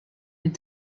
with